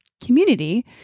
community